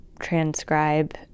transcribe